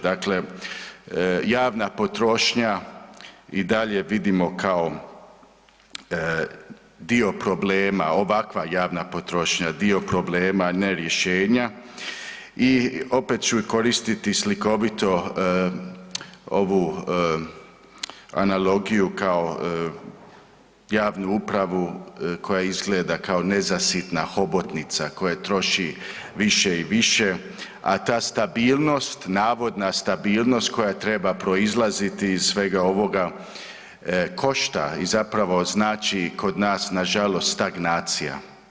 Dakle, javna potrošnja i dalje vidimo kao dio problema, ovakva javna potrošnja dio problema ne rješenja i opet ću koristiti slikovito ovu analogiju kao javnu upravu koja izgleda kao nezasitna hobotnica koja troši više i više, a ta stabilnost, navodna stabilnost koja treba proizlaziti iz svega ovoga košta i zapravo znači kod nas nažalost stagnacija.